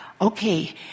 okay